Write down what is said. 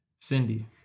Cindy